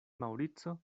maŭrico